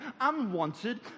unwanted